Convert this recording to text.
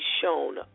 shown